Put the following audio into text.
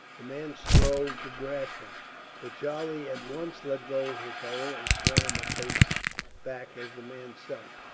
the man strove to grasp him but charlie at once let go his hold, and swam a pace back as the man sunk.